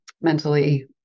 mentally